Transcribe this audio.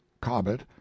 Cobbett